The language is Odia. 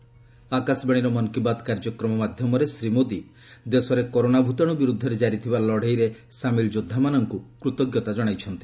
ଆକାଶବାଣୀର ମନ୍ କି ବାତ୍ କାର୍ଯ୍ୟକ୍ରମ ମାଧ୍ୟମରେ ଶ୍ରୀ ମୋଦି ଦେଶରେ କରୋନା ଭୂତାଣୁ ବିରୁଦ୍ଧରେ କାରିଥିବା ଲଡେଇର ସାମିଲ ଯୋଦ୍ଧାମାନଙ୍କୁ କୃତଜ୍ଞତା ଜଣାଇଛନ୍ତି